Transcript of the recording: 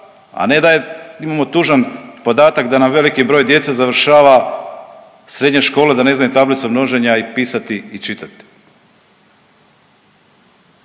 a ne da imamo tužan podatak da nam veliki broj djece završava srednje škole da ne znaju tablicu množenja i pisati i čitati.